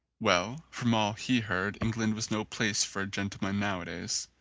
well, from all he heard england was no place for a gentleman nowadays.